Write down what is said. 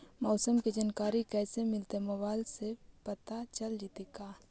मौसम के जानकारी कैसे मिलतै मोबाईल से पता चल जितै का?